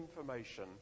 information